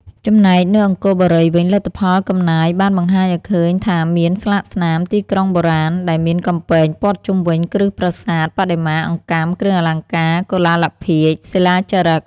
ចំណែកនៅអង្គរបុរីវិញ លទ្ធផលកំណាយបានបង្ហាញឱ្យឃើញថាមានស្លាកស្នាម ទីក្រុងបុរាណ ដែលមានកំពែងព័ទ្ធជុំវិញគ្រឹះប្រាសាទ បដិមា អង្កាំ គ្រឿងអលង្ការ កុលាលភាជន៍ សិលាចារឹក។